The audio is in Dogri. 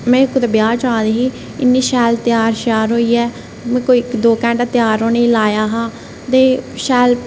में कुतै ब्याह् जा दी ही इन्नी शैल त्यार होइयै में कोई दौ घैंटा त्यार होने गी लाया हा ते शैल